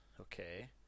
Okay